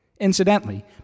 Incidentally